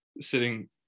sitting